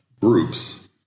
groups